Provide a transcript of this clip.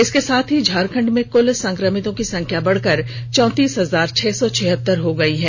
इसके साथ ही झारखंड में कुल संक्रमितों की संख्या बढ़कर चौंतीस हजार छह सौ छिहत्तर हो गई है